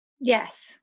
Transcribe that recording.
Yes